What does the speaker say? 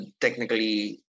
technically